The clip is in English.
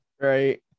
Right